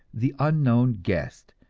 the unknown guest,